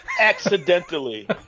accidentally